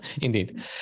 Indeed